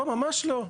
לא, ממש לא.